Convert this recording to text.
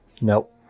Nope